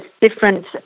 different